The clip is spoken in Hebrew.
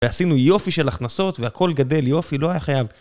ועשינו יופי של הכנסות והכל גדל יופי לא היה חייב